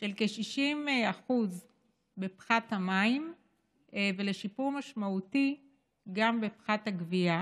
של כ-60% בפחת המים ולשיפור משמעותי גם בפחת הגבייה,